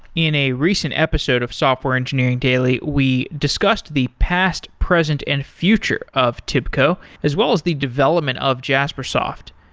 in a recent episode of software engineering daily, we discussed the past, present and future of tibco, as well as the development of jaspersoft.